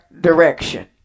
direction